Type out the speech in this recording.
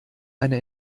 eine